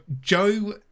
Joe